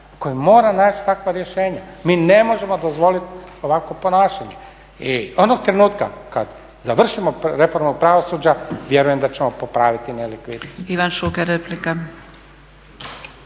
koje mora naći takva rješenja. Mi ne možemo dozvoliti ovakvo ponašanje. I onog trenutka kada završimo reformu pravosuđa vjerujem da ćemo popraviti nelikvidnost.